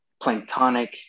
planktonic